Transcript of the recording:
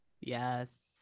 Yes